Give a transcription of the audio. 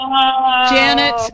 Janet